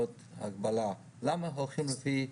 - כמו פריפריה,